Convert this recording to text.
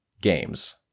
games